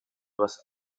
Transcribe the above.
was